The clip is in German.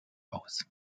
aus